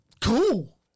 cool